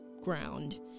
ground